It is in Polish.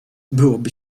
byłoby